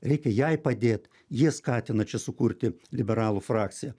reikia jai padėt jie skatina čia sukurti liberalų frakciją